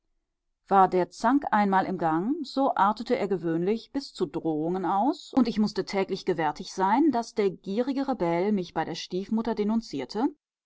war der zank einmal im gang so artete er gewöhnlich bis zu drohungen aus und ich mußte täglich gewärtig sein daß der gierige rebell mich bei der stiefmutter denunzierte